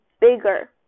bigger